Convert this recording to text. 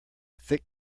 thick